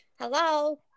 Hello